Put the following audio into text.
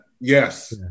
Yes